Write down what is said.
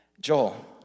Joel